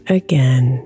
again